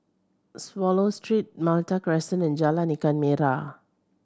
Swallow Street Malta Crescent and Jalan Ikan Merah